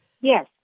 yes